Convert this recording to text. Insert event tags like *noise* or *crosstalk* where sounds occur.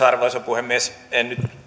*unintelligible* arvoisa puhemies en nyt